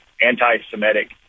anti-Semitic